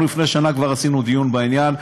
אנחנו לפני שנה כבר עשינו דיון בעניין,